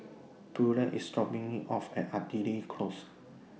Beulah IS dropping Me off At Artillery Close